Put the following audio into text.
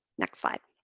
next slide.